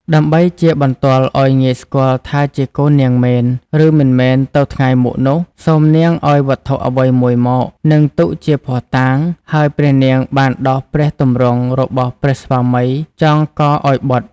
ដើម្បីជាបន្ទាល់ឲ្យងាយស្គាល់ថាជាកូននាងមែន ឬមិនមែនទៅថ្ងៃមុខនោះ សូមនាងឲ្យវត្ថុអ្វីមួយមក នឹងទុកជាភស្តុតាង ហើយព្រះនាងបានដោះព្រះទម្រង់របស់ព្រះស្វាមីចងកឱ្យបុត្រ។